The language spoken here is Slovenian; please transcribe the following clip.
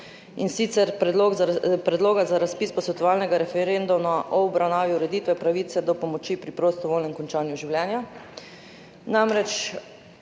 in sicer Predloga za razpis posvetovalnega referenduma. O obravnavi ureditve pravice do pomoči pri prostovoljnem končanju življenja.